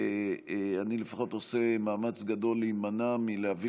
ואני לפחות עושה מאמץ גדול להימנע מלהביא